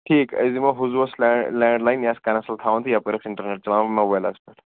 ٹھیٖک أسۍ دِمَو ہُزُوَس ہَس لینٛڈ لینٛڈ لاین یہِ آسہِ کَنَس تَل تھاوان تہٕ یپٲرۍ آسہِ اِنٹرنیٹ چَلان موبایلَس پٮ۪ٹھ